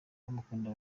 bamukunda